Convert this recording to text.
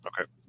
Okay